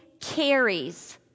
carries